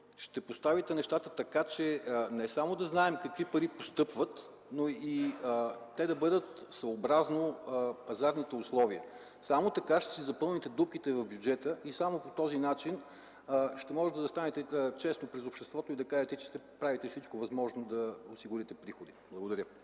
ще поставите неща така, че не само да знаем какви пари постъпват, но и те да бъдат съобразно пазарните условия. Само така ще си запълните дупките в бюджета и само по този начин ще можете да застанете честно пред обществото и да кажете, че ще направите всичко възможно да осигурите приходи. Благодаря.